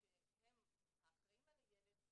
שהם האחראים על הילד,